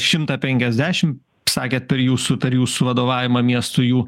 šimtą penkiasdešim sakėt per jūsų per jūsų vadovavimą miestui jų